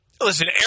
Listen